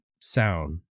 sound